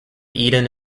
eden